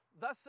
Thus